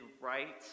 right